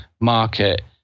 market